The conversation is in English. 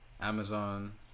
Amazon